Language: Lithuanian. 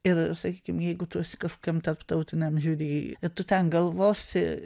ir sakykim jeigu tu esi kažkokiam tarptautiniam žiuri tu ten galvosi